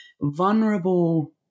vulnerable